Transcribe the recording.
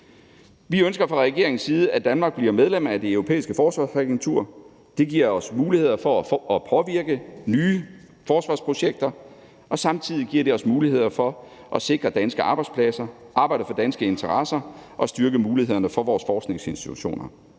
Vi ønsker fra regeringens side, at Danmark bliver medlem af Det Europæiske Forsvarsagentur. Det giver os muligheder for at påvirke nye forsvarsprojekter, og samtidig giver det os muligheder for at sikre danske arbejdspladser, arbejde for danske interesser og styrke mulighederne for vores forskningsinstitutioner.